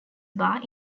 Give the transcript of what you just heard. barre